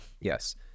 Yes